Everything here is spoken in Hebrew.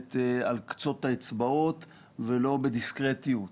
מנהלת על קצות האצבעות ולא בדיסקרטיות.